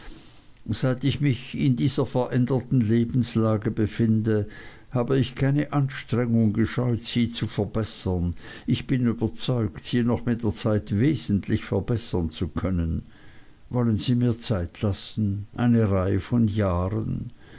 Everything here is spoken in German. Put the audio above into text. seit ich mich in dieser veränderten lebenslage befinde habe ich keine anstrengung gescheut sie zu verbessern ich bin überzeugt sie noch mit der zeit wesentlich verbessern zu können wollen sie mir zeit lassen eine reihe von jahren